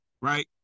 right